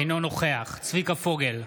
אינו נוכח צביקה פוגל,